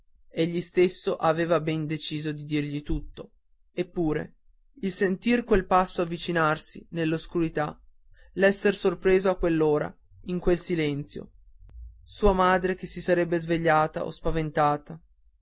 azione egli stesso aveva ben deciso di dirgli tutto eppure il sentir quel passo avvicinarsi nell'oscurità l'esser sorpreso a quell'ora in quel silenzio sua madre che si sarebbe svegliata e spaventata